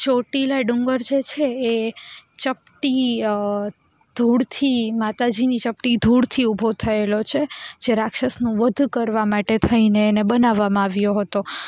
ચોટીલા ડુંગર જે છે એ ચપટી ધૂળથી માતાજીની ચપટી ધૂળથી ઊભો થયેલો છે જે રાક્ષસનું વધ કરવા માટે થઈને એને બનાવવામાં આવ્યો હતો